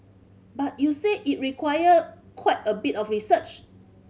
but you said it require quite a bit of research